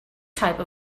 type